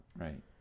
Right